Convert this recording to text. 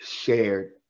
shared